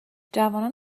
جوانان